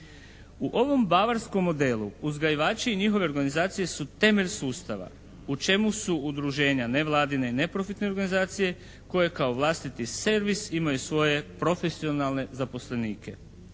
U ovom Bavarskom modelu uzgajivači i njihove organizacije su temelj sustava u čemu su udruženja nevladine i neprofitne organizacije koje kao vlastiti servis imaju svoje profesionalne zaposlenike.